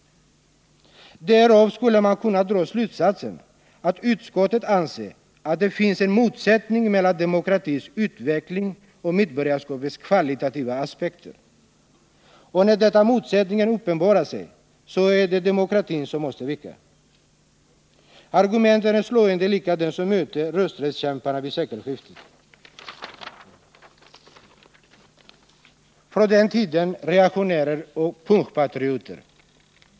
Därav skulle man kunna dra slutsatsen att utskottet anser att det finns en motsättning mellan demokratins utveckling och medborgarskapets kvalitativa aspekter. Och när denna motsättning uppenbarar sig, så är det demokratin som får vika. Argumenten är slående lika dem som mötte rösträttskämparna vid sekelskiftet från den tidens reaktionärer och punschpatrioter.